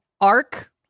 arc